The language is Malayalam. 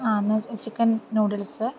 ആ എന്നാ ചിക്കൻ ന്യൂഡിൽസ്